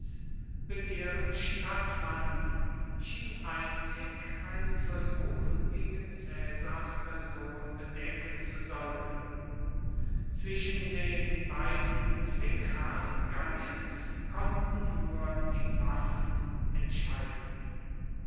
begehren stattfand schien einzig einen versuch gegen caesars person bedecken zu sollen zwischen den beiden zwingherren galliens konnten nur die waffen entscheiden